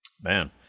Man